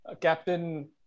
Captain